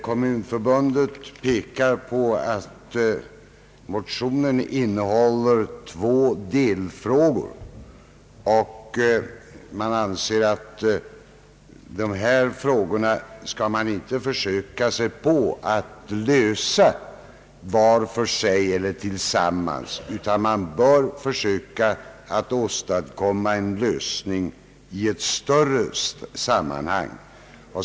Kommunförbundet pekar på att motionen innehåller två delfrågor, och man anser att man inte skall lösa dessa frågor var för sig eller tillsammans utan att man bör åstadkomma en lösning i ett större sammanhang.